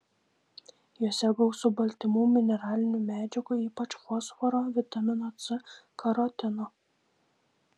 juose gausu baltymų mineralinių medžiagų ypač fosforo vitamino c karotino